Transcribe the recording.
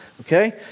Okay